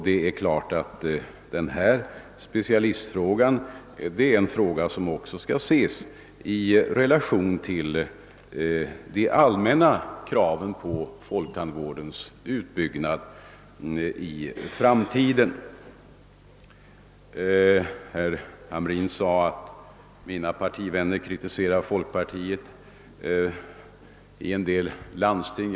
Det är klart att denna specialistfråga också måste ses i relation till de allmänna kraven på folktandvårdens utbyggnad i framtiden. Herr Hamrin i Kalmar sade att mina partivänner kritiserar folkpartiet i en del landsting.